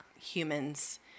humans